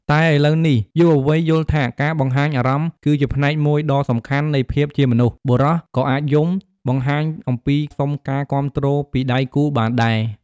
តែឥឡូវនេះ យុវវ័យយល់ថាការបង្ហាញអារម្មណ៍ គឺជាផ្នែកមួយដ៏សំខាន់នៃភាពជាមនុស្ស បុរសក៏អាចយំ បង្ហាញអំពីសុំការគាំទ្រពីដៃគូបានដែរ។